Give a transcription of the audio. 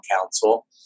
Council